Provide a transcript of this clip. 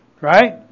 right